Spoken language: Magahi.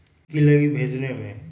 की की लगी भेजने में?